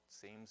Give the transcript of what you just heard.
seems